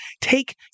take